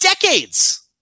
decades